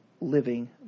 living